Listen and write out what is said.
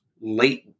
late